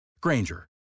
Granger